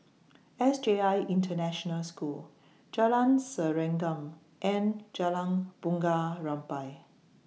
S I J International School Jalan Serengam and Jalan Bunga Rampai